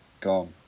Gone